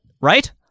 right